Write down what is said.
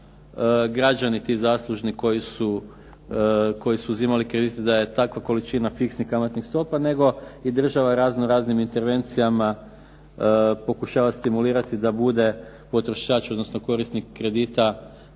građani ti zaslužni koji su uzimali kredit da je takva količina fiksnih kamatnih stopa, nego i država razno-raznim intervencijama pokušava stimulirati da bude potrošač, odnosno korisnik kredita